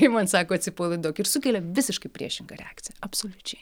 kai man sako atsipalaiduok ir sukelia visiškai priešingą reakciją absoliučiai